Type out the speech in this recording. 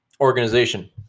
organization